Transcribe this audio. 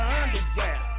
underwear